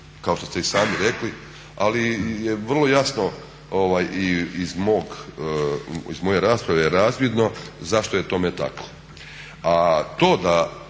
kao što ste i sami rekli, ali je vrlo jasno iz moje rasprave i razvidno zašto je tome tako.